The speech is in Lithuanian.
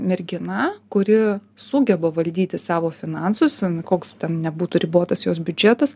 mergina kuri sugeba valdyti savo finansus koks ten nebūtų ribotas jos biudžetas